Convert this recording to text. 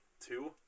two